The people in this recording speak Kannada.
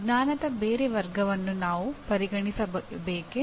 ಜ್ಞಾನದ ಬೇರೆ ವರ್ಗವನ್ನು ನಾವು ಪರಿಗಣಿಸಬೇಕೇ